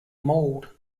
mauled